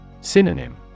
Synonym